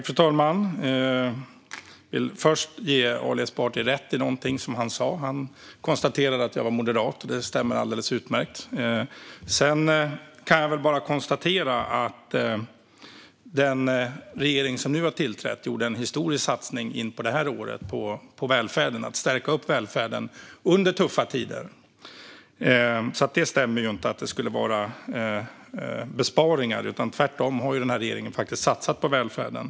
Fru talman! Jag vill först ge Ali Esbati rätt i någonting som han sa. Han konstaterade att jag är moderat, och det stämmer alldeles utmärkt. Den regering som nu har tillträtt gjorde till det här året en historisk satsning på att stärka välfärden under tuffa tider. Att det skulle handla om besparingar stämmer inte - tvärtom har denna regering faktiskt satsat på välfärden.